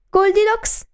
Goldilocks